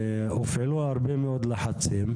הופעלו הרבה מאוד לחצים,